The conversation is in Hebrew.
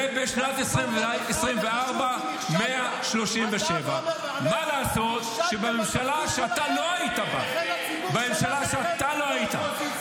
ובשנת 2024 137. נכשלת, אתה ועמר בר לב נכשלתם.